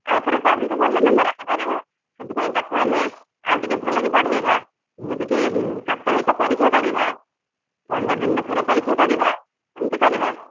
ଆଉ ଥରେ ତ ଅଧିକ ଭଲ ନମ୍ବର୍ ରଖିପାରିବ ସେଥିପାଇଁ ତାକୁ ଆମେ ଆଉ ଟିକିଏ ଭଲକି ପଢ଼ାଇବା ଯେମିତିକି ସାପ୍ତାହିକ ପରୀକ୍ଷା କରିବା ପନ୍ଦର ଦିନରେ ଥରେ ପରୀକ୍ଷା କରିବା ଏମିତି କରିବା